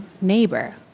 neighbor